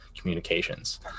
communications